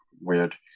weird